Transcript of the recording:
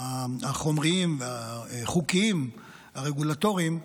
החומרים והחוקיים, הרגולטוריים,